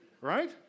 right